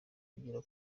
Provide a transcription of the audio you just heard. kugera